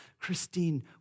Christine